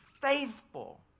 faithful